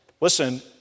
Listen